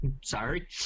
Sorry